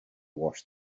wash